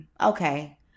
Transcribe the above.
okay